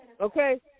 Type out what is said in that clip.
Okay